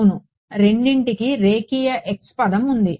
అవును రెండింటికీ రేఖీయ x పదం ఉంది